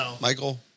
Michael